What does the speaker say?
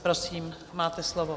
Prosím, máte slovo.